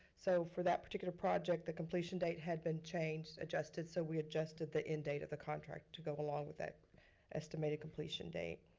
so, for that particular project the completion date had been adjusted so we adjusted the end date of the contract to go along with that estimated completion date.